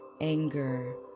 anger